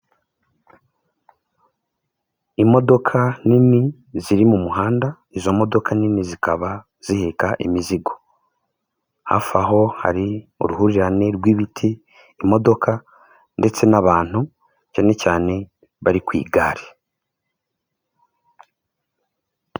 Imodoka nini ziri mu muhanda, izo modoka nini zikaba ziheka imizigo, hafi aho hari uruhurirane rw'ibiti, imodoka ndetse n'abantu cyane cyane bari ku igare.